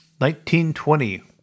1920